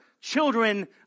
children